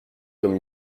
comme